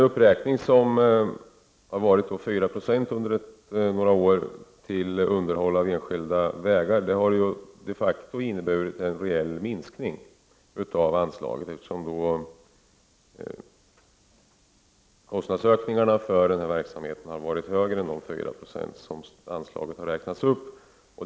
Uppräkningen på 4 26 under senare år till underhåll av enskilda vägar har de facto inneburit en reell minskning av anslaget. Kostnadsökningarna för verksamheten har varit högre än de 4 96 som anslaget har räknats upp med.